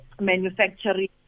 manufacturing